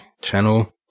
Channel